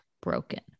broken